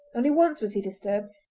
only once was he disturbed,